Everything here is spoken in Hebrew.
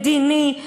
מדיני,